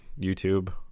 YouTube